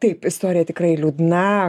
taip istorija tikrai liūdna